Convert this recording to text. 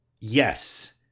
yes